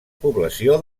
població